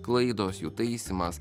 klaidos jų taisymas